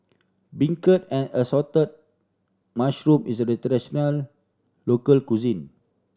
beancurd and assorted mushroom is a traditional local cuisine